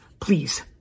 Please